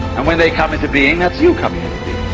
and when they come into being, that's you coming into